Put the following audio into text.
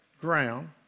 Ground